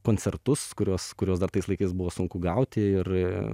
koncertus kuriuos kuriuos dar tais laikais buvo sunku gauti ir